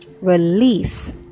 release